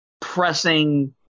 pressing